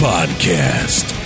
Podcast